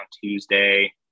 Tuesday